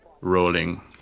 Rolling